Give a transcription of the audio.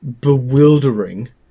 bewildering